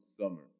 summer